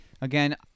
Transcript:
Again